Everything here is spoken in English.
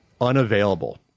unavailable